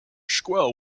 squirrel